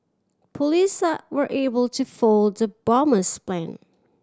police were able to foil the bomber's plan